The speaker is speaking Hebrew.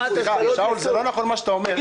סליחה, שאול, זה לא נכון מה שאתה אומר.